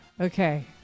Okay